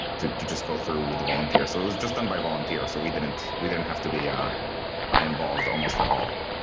to to just go through with the volunteers. so it was just done by volunteers, so we didn't we didn't have to be ah involved almost at all.